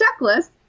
checklist